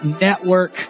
Network